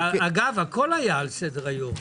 אגב, הכול היה על סדר היום.